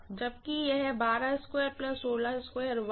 जबकि यह होगा